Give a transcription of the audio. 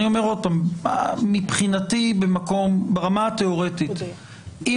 אני אומר שוב שמבחינתי ברמה התיאורטית אם